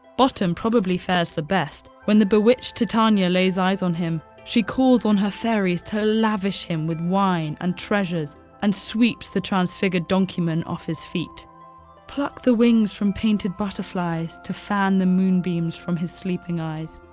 bottom probably fares the best when the bewitched titania lays eyes on him, she calls on her fairies to lavish him with wine and treasures and sweeps the transfigured donkeyman off his feet pluck the wings from painted butterflies to fan the moonbeams from his sleeping eyes.